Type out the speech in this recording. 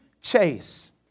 chase